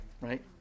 right